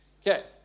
Okay